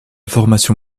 formation